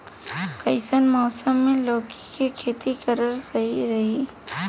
कइसन मौसम मे लौकी के खेती करल सही रही?